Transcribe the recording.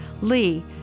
Lee